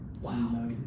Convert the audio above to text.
Wow